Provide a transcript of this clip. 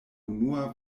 unua